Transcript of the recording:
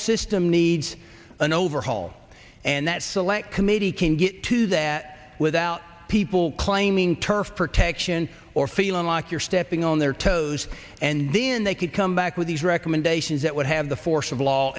system needs an overhaul and that select committee can get to that without people claiming turf protection or feeling like you're stepping on their toes and then they could come back with these recommendations that would have the force of law